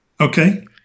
Okay